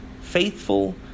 Faithful